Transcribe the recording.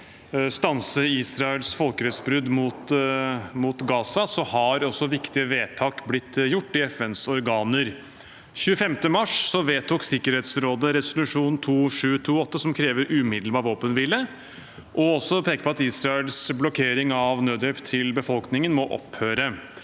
stanse Israels folkerettsbrudd mot Gaza, har også viktige vedtak blitt gjort i FNs organer. Den 25. mars 2024 vedtok Sikkerhetsrådet resolusjon 2728, som krever umiddelbar våpenhvile og også peker på at Israels blokkering av nødhjelp til befolkningen må opphøre.